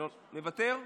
מוותר.